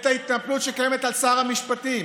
את ההתנפלות שקיימת על שר המשפטים.